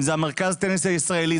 אם זה מרכז הטניס הישראלי.